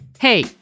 Hey